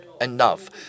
enough